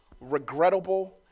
regrettable